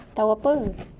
tahu apa